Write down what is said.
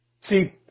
See